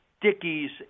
Dickies